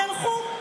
תלכו,